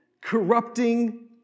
corrupting